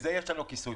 לזה יש לנו כיסוי.